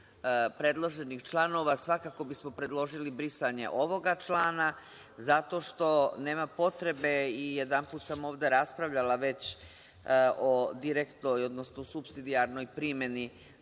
predloženih članova, svakako bismo predložili brisanje ovog člana, zato što nema potrebe i jedanput sam ovde raspravljala već o supstidijarnoj primeni